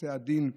בתי הדין,